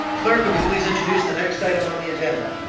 clerk, would you please introduce the next item on the agenda?